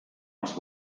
els